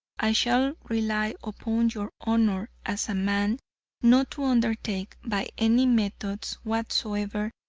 i shall rely upon your honor as a man not to undertake, by any methods whatsoever,